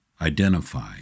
Identify